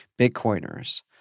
Bitcoiners